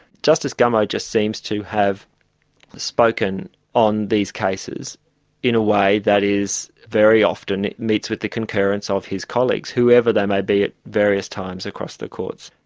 justice gummow just seems to have spoken on these cases in a way that is very often meets with the concurrence of his colleagues, whoever they may be at various times across the courts.